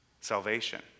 salvation